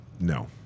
No